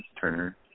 Turner